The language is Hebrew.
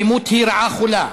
האלימות היא רעה חולה,